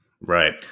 Right